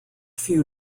few